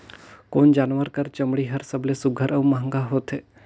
कोन जानवर कर चमड़ी हर सबले सुघ्घर और महंगा होथे?